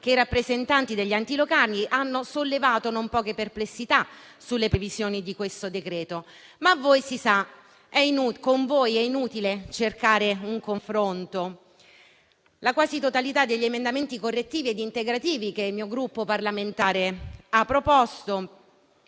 sia i rappresentanti degli enti locali hanno sollevato non poche perplessità sulle previsioni di questo decreto-legge, ma con voi - si sa - è inutile cercare un confronto. La quasi totalità degli emendamenti correttivi e integrativi che il mio Gruppo parlamentare ha proposto